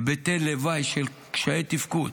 היבטי לוואי של קשיי תפקוד